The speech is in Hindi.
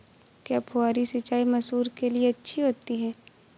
क्या फुहारी सिंचाई मसूर के लिए अच्छी होती है?